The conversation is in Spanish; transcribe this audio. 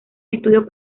estudios